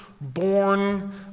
born